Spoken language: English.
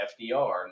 fdr